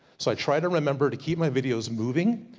so i try to remember to keep my video's moving.